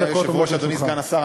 אדוני סגן השר,